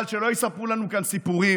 אבל שלא יספרו לנו כאן סיפורים,